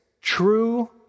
true